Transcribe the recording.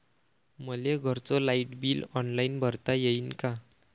मले घरचं light bill online भरता येईन का?